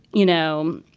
you know,